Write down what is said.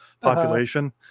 population